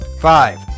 Five